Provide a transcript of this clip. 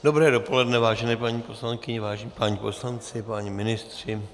Dobré dopoledne, vážené paní poslankyně, vážení páni poslanci, páni ministři.